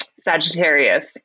Sagittarius